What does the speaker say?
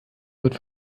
wird